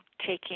taking